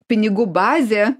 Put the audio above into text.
pinigų bazė